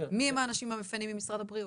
מיהם האנשים המפנים ממשרד הבריאות?